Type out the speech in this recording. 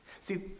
See